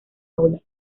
aulas